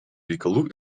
reikalų